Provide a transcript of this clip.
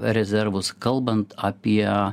rezervus kalbant apie